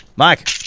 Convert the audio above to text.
Mike